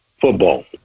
football